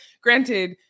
Granted